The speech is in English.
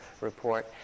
report